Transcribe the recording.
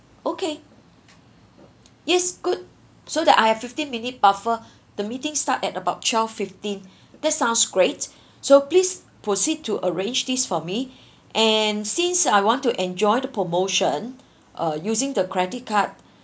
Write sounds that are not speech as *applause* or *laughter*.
okay yes good so that I have fifteen minute buffer *breath* the meeting start at about twelve fifteen *breath* that sounds great *breath* so please proceed to arrange this for me *breath* and since I want to enjoy the promotion uh using the credit card *breath*